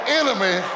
enemy